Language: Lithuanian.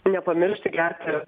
nepamiršti gerti